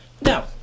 Now